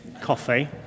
coffee